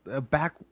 back